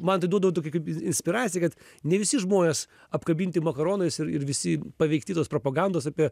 man tai duodavo tokį kaip inspiraciją kad ne visi žmonės apkabinti makaronais ir ir visi paveikti tos propagandos apie